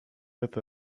with